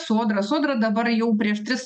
sodra sodra dabar jau prieš tris